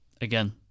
Again